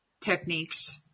techniques